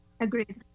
agreed